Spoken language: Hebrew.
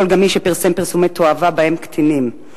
גם את מי שפרסם פרסומי תועבה שבהם קטינים.